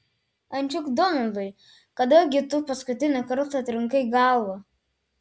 ančiuk donaldai kada gi tu paskutinį kartą trinkai galvą